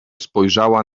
spojrzała